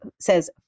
says